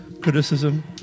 criticism